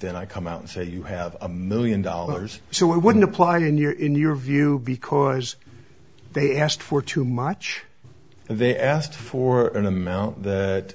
then i come out and say you have a million dollars so why wouldn't apply it in your in your view because they asked for too much and they asked for an amount that